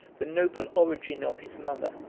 the noble origin of his mother,